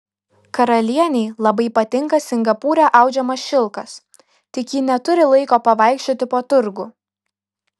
karalienei labai patinka singapūre audžiamas šilkas tik ji neturi laiko pavaikščioti po turgų